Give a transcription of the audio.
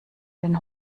den